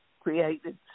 created